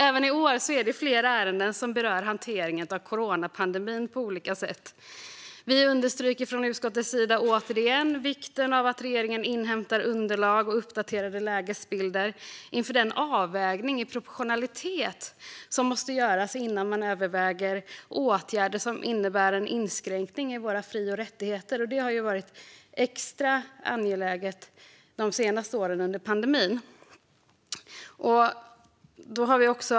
Även i år är det flera ärenden som berör hanteringen av coronapandemin på olika sätt, och utskottet understryker återigen vikten av att regeringen inhämtar underlag och uppdaterade lägesbilder inför den avvägning av proportionalitet som måste göras när man överväger åtgärder som innebär en inskränkning i våra fri och rättigheter - något som ju varit extra angeläget under pandemin.